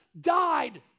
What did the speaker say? died